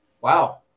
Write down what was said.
Wow